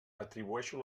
atribueixo